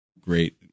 great